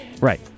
right